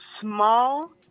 small